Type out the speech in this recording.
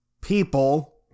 people